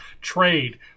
trade